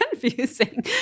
confusing